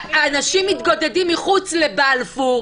וניידת שעומדת בצד,